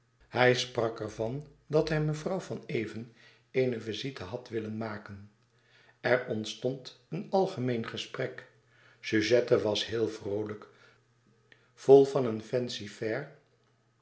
hij sprak er van dat hij mevrouw van even eene visite had willen maken er ontstond een algemeen gesprek suzette was heel vroolijk vol van een